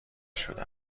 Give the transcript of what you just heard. شده